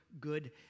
good